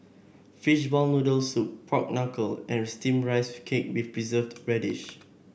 Fishball Noodle Soup Pork Knuckle and steamed Rice Cake with Preserved Radish